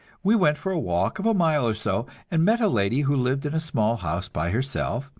we went for a walk of a mile or so, and met a lady who lived in a small house by herself,